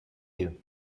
you